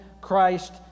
Christ